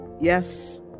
yes